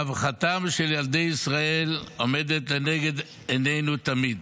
רווחתם של ילדי ישראל עומדת לנגד עינינו תמיד.